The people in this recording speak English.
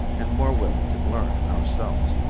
and more willing to learn ourselves.